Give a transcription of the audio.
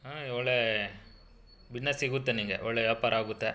ಹಾಂ ಒಳ್ಳೆ ಬಿಸ್ನೆಸ್ ಸಿಗುತ್ತೆ ನಿನಗೆ ಒಳ್ಳೆ ವ್ಯಾಪಾರ ಆಗುತ್ತೆ